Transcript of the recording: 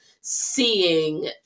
seeing